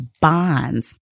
bonds